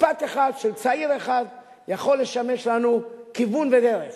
משפט אחד של צעיר אחד יכול לשמש לנו כיוון ודרך.